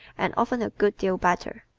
and often a good deal better.